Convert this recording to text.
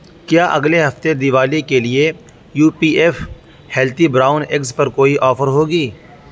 کیا اگلے ہفتے دیوالی کے لیے U P F healthy brown eggs پر کوئی آفر ہوگی